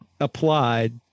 applied